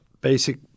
basic